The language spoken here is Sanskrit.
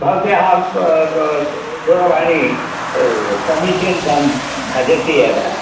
भवत्याः ब ब दूरवाणी समीचीनतं भजति एव